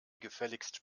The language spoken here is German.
gefälligst